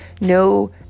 No